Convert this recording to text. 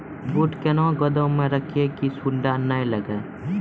बूट कहना गोदाम मे रखिए की सुंडा नए लागे?